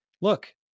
look